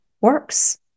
works